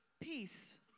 Peace